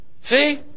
See